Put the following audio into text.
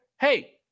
Hey